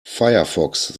firefox